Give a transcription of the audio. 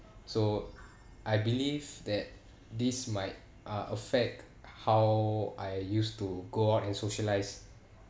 so I believe that this might uh affect how I used to go out and socialise